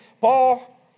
Paul